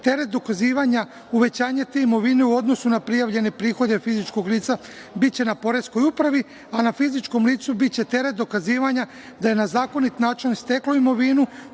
dokazivanja uvećanja te imovine u odnosu na prijavljene prihode fizičkog lica biće na Poreskoj upravi, a na fizičkom licu biće teret dokazivanja da je na zakonit način steklo imovinu